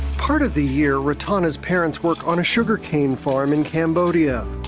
part of the year ratana's parents work on a sugar cane farm in cambodia.